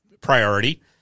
priority